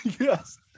Yes